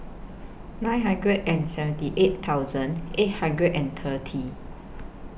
nine hundred and seventy eight thousand eight hundred and thirty